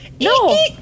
no